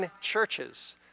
churches